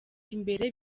imbere